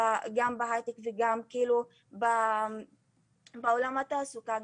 גם בתחום ההייטק וגם כאילו בעולם התעסוקה,